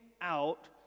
out